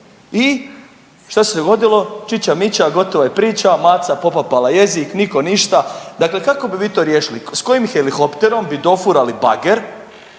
I što se dogodilo? Čića mića gotova je priča, maca popapala jezik, nitko ništa. Dakle, kako bi vi to riješili? S kojim helikopterom bi dofurali bager